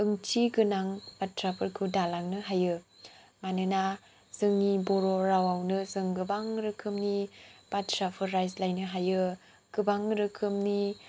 ओंथि गोनां बाथ्राफोरखौ दालांनो हायो मोनोना जोंनि बर' रावआवनो जों गोबां रोखोमनि बाथ्राफोर राइज्लायनो हायो गोबां रोखोमनि